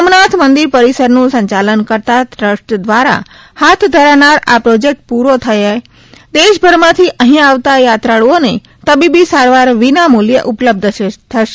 સોમનાથ મંદિર પરિસરનુ સંચાલન કરતાં ટ્રસ્ટ દ્વારા હાથ ધરાનાર આ પ્રોજેકટ પૂરો થયો દેશભરમાથી અઠ્ઠી આવતા યાત્રાળુ ને તબીબી સારવાર વિનામુલ્યે ઉપલબ્ધ થશે